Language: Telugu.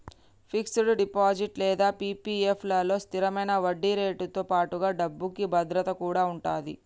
ఫిక్స్డ్ డిపాజిట్ లేదా పీ.పీ.ఎఫ్ లలో స్థిరమైన వడ్డీరేటుతో పాటుగా డబ్బుకి భద్రత కూడా ఉంటది